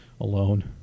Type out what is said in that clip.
alone